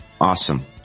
Awesome